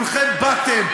כולכם באתם,